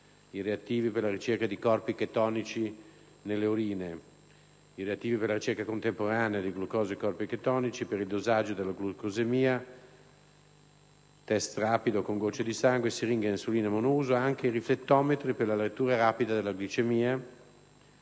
reattivi per la ricerca di corpi chetonici nelle urine, reattivi per la ricerca contemporanea del glucosio e dei corpi chetonici nelle urine, reattivi per il dosaggio della glucosemia - test rapido con una goccia di sangue -, siringhe da insulina monouso), anche i riflettometri per la lettura rapida della glicemia,